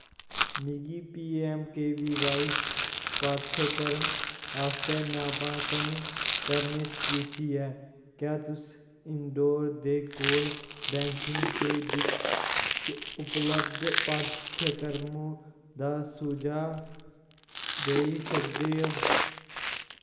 मिगी P M K V Y पाठ्यक्रम आस्तै नामांकन करने च रुचि ऐ क्या तुस इंदौर दे कोल बैंकिंग ते वित्त च उपलब्ध पाठ्यक्रमों दा सुझाऽ देई सकदे ओ